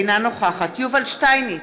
אינה נוכחת יובל שטייניץ,